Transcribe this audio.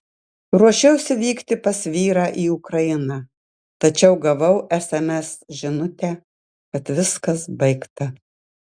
ruošiausi vykti pas vyrą į ukrainą tačiau gavau sms žinutę kad viskas baigta